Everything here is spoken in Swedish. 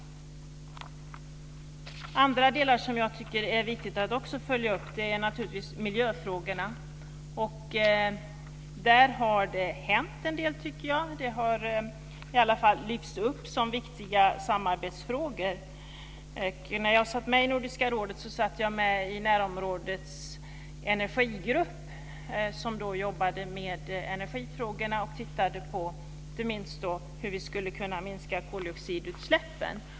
Andra delar som jag också tycker är viktiga att följa upp är naturligtvis miljöfrågorna. Där har det hänt en del - frågorna har i alla fall lyfts upp som viktiga samarbetsfrågor. När jag satt med i Nordiska rådet satt jag i närområdets energigrupp, som jobbade med energifrågorna och inte minst tittade på hur vi skulle kunna minska koldioxidutsläppen.